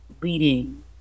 leading